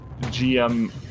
GM